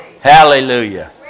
hallelujah